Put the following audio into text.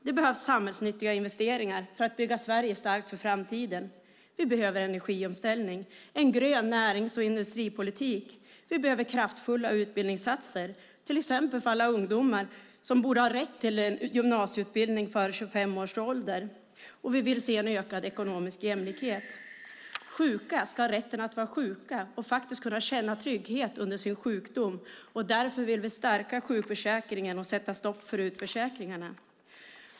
Det behövs samhällsnyttiga investeringar för att bygga Sverige starkt för framtiden. Vi behöver en energiomställning, en grön närings och industripolitik. Vi behöver kraftfulla utbildningsinsatser, till exempel för alla ungdomar som borde ha rätt till en gymnasieutbildning före 25 års ålder. Och vi vill se en ökad ekonomisk jämlikhet. Sjuka ska ha rätten att vara sjuka och faktiskt kunna känna trygghet under sin sjukdom. Därför vill vi stärka sjukförsäkringen och sätta stopp för utförsäkringarna.